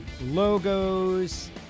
logos